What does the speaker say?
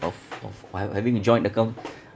of of uh ha~ having a joint account